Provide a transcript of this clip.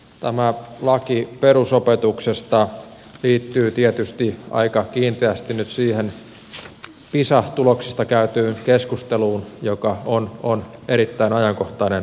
tämä laki perusopetuksesta liittyy tietysti aika kiinteästi nyt siihen pisa tuloksista käytyyn keskusteluun joka on erittäin ajankohtainen aihe